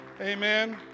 Amen